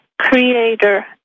creator